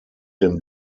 dem